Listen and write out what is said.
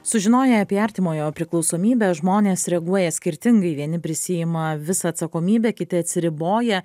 sužinoję apie artimojo priklausomybę žmonės reaguoja skirtingai vieni prisiima visą atsakomybę kiti atsiriboja